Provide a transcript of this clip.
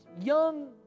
young